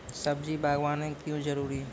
सब्जी बागवानी क्यो जरूरी?